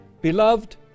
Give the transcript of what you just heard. Beloved